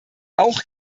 auch